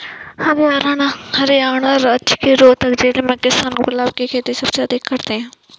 हरियाणा राज्य के रोहतक जिले के किसान गुलाब की खेती सबसे अधिक करते हैं